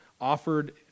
offered